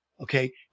Okay